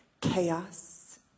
chaos